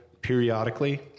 periodically